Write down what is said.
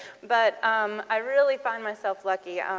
but um i really find myself lucky.